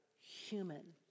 human